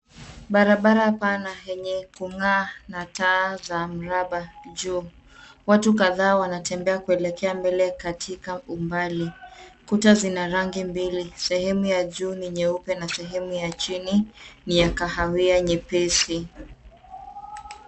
Barabara pana yenye kung'aa na taa za mraba juu. Watu kadhaa wanatembea kuelekea katika umbali. Kuta zina rangi mbili .Sehemu ya juu ni nyeupe na sehemu ya chini ni ya kahawia nyepesi.